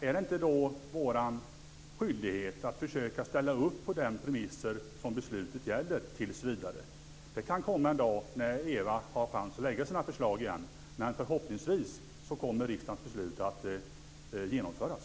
Är det inte då vår skyldighet att försöka ställa upp på de premisser som beslutet gäller, tills vidare? Det kan komma en dag när Eva Flyborg har chans att lägga sina förslag igen. Men förhoppningsvis kommer riksdagens beslut att genomföras.